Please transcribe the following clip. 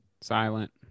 Silent